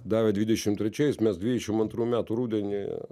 davė dvidešim trečiais mes dvidešim antrų metų rudenį